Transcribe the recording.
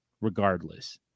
regardless